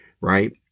right